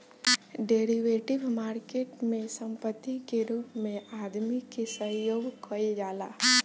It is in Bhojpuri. डेरिवेटिव मार्केट में संपत्ति के रूप में आदमी के सहयोग कईल जाला